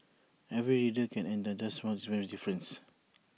every reader can and does very difference